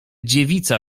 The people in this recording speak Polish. dziewica